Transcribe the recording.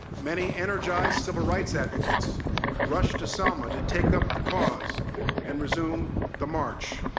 many energized civil-rights advocates rushed to selma to take up the cause and resume the march.